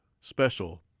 special